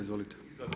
Izvolite.